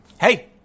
Hey